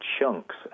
chunks